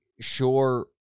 sure